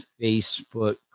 Facebook